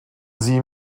sie